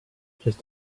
just